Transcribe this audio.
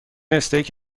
استیک